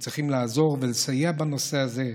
וצריכים לעזור ולסייע בנושא הזה.